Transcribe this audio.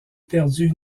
perdu